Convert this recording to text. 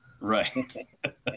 Right